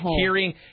hearing